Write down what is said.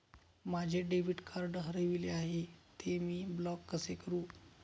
माझे debit card हरविले आहे, ते मी ब्लॉक कसे करु?